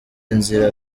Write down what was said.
inzira